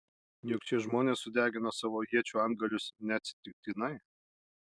juk šie žmonės sudegino savo iečių antgalius neatsitiktinai